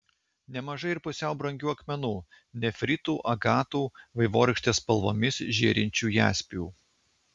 nemažai ir pusiau brangių akmenų nefritų agatų vaivorykštės spalvomis žėrinčių jaspių